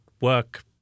work